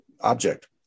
object